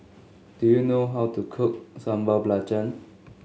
do you know how to cook Sambal Belacan